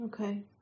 Okay